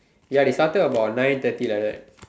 ya they started about nine thirty like that